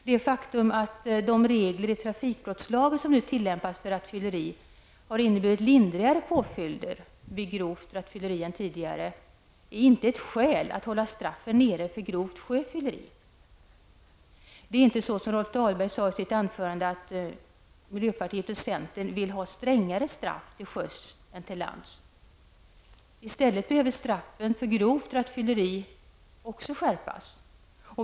Det faktum att de regler i trafikbrottslagen som nu tillämpas för rattfylleri har inneburit lindrigare påföljder vid grovt rattfylleri än tidigare är inte ett skäl för att hålla straffen nere för grovt sjöfylleri. Det är inte så som Rolf Dahlberg sade i sitt anförande att miljöpartiet och centern vill ha strängare straff till sjöss än till lands. I stället borde även straffen för grovt rattfylleri skärpas.